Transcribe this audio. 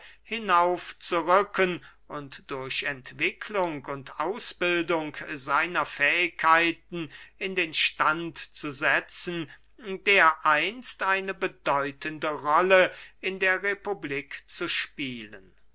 hinaufzurücken und durch entwicklung und ausbildung seiner fähigkeiten in den stand zu setzen dereinst eine bedeutende rolle in der republik zu spielen